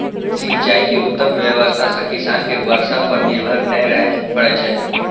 सिंचाइ के उत्तम व्यवस्था सं किसान कें बर्षा पर निर्भर नै रहय पड़ै छै